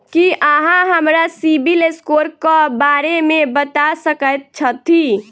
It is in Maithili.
की अहाँ हमरा सिबिल स्कोर क बारे मे बता सकइत छथि?